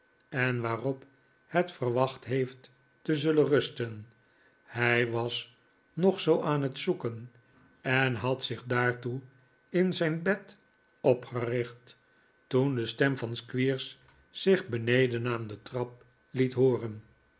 en waarop het verwacht heeft te zullen rusten hij was nog zoo aan het zoeken en had zich daartoe in zijn bed opgericht toen de stem van squeers zich bene'den aan de trap liet hooren